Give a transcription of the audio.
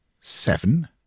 seven